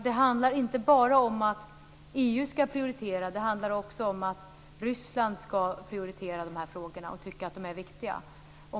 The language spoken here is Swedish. Det handlar inte bara om att EU skall prioritera. Det handlar också om att Ryssland skall prioritera de här frågorna och tycka att de är viktiga.